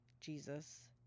Jesus